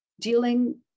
dealing